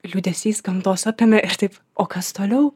liūdesys gamtos apėmė ir aš taip o kas toliau